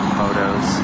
photos